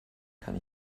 kann